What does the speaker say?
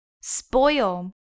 Spoil